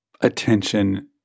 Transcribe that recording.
attention